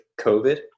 COVID